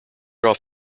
off